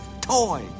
toy